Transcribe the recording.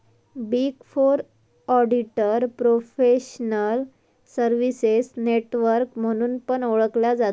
big four auditor professional services network म्हणून पण ओळखला जाता